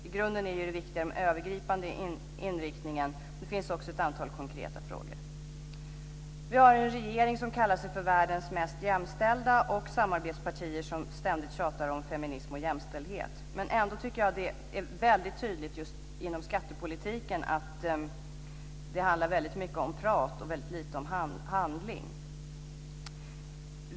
I grunden är ju det viktiga den övergripande inriktningen. Det finns också ett antal konkreta frågor. Vi har en regering som kallar sig för världens mest jämställda och samarbetspartier som ständigt tjatar om feminism och jämställdhet. Ändå tycker jag att det är väldigt tydligt just inom skattepolitiken att det handlar väldigt mycket om prat och väldigt lite om handling.